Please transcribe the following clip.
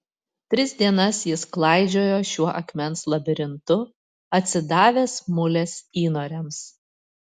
tris dienas jis klaidžiojo šiuo akmens labirintu atsidavęs mulės įnoriams